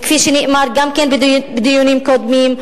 וכפי שנאמר גם בדיונים קודמים,